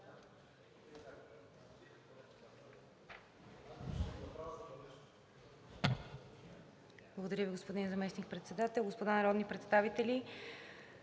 Благодаря Ви, господин Заместник-председател. Господа народни представители,